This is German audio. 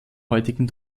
heutigen